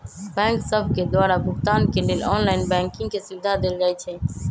bank सभके द्वारा भुगतान के लेल ऑनलाइन बैंकिंग के सुभिधा देल जाइ छै